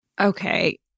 okay